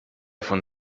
von